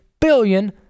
billion